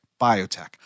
biotech